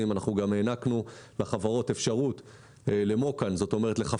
אנחנו גם הענקנו לחברות אפשרות לחפיפה